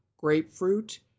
grapefruit